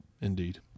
indeed